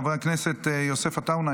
חבר הכנסת יוסף עטאונה,